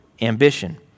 ambition